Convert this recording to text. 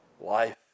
life